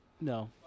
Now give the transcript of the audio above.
no